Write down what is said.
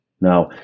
Now